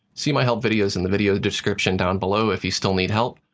see my help videos in the video description down below if you still need help,